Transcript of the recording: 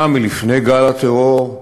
גם לפני גל הטרור,